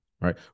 right